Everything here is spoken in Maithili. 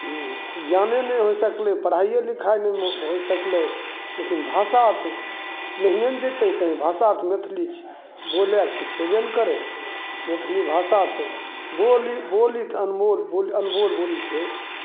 हूँ ज्ञाने नहि होइ सकलै पढ़ाइए लिखाइ नहि होइ सकलै लेकिन भाषा तऽ नहिए ने जएतै कहीँ भाषा तऽ मैथिली छै बोलैके तऽ छेबे ने करै मैथिली भाषा तऽ बोली बोली तऽ अनमोल अनमोल बोली छै